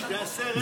זה בזבוז זמן.